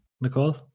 nicole